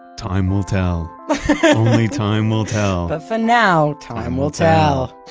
time will tell. only time will tell. but for now, time will tell